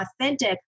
authentic